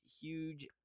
huge